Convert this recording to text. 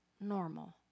normal